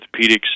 orthopedics